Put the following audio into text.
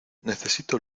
necesito